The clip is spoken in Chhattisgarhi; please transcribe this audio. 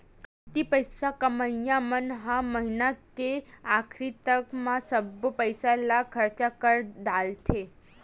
कमती पइसा कमइया मन ह महिना के आखरी तक म सब्बो पइसा ल खरचा कर डारथे